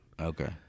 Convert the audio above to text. Okay